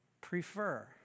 prefer